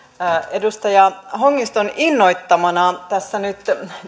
edustaja hongiston innoittamana tässä nyt